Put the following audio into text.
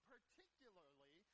Particularly